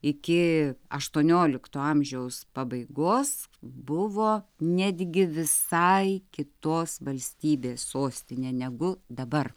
iki aštuoniolikto amžiaus pabaigos buvo netgi visai kitos valstybės sostine negu dabar